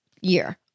year